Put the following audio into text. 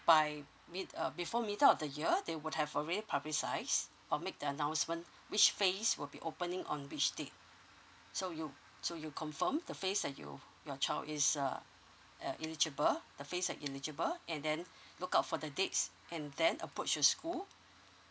by mid uh before middle of the year they would have already publicize or make the announcement which phase will be opening on which day so you so you confirm the phase that you your child is uh uh eligible the phase that you are eligible and then look out for the dates and then approach the school